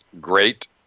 great